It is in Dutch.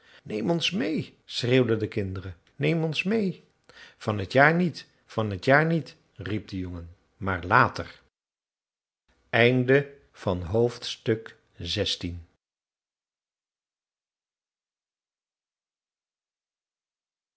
neem ons meê schreeuwden de kinderen neem ons meê van t jaar niet van t jaar niet riep de jongen maar later